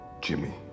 jimmy